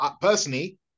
personally